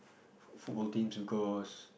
foot~ football teams because